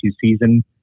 season